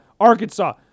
Arkansas